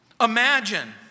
Imagine